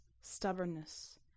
stubbornness